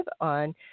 on